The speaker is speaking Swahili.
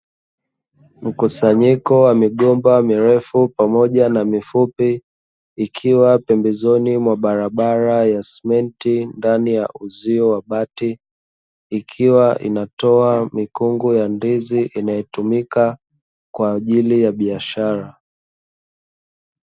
Mkusanyiko wa migomba mirefu pamoja na mifupi, ikiwa pembezoni mwa barabara ya sementi ndani ya uzio wa bati, ikiwa inatoa mikungu ya ndizi inayotumika kwaajili ya biashara.